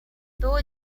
było